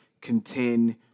contend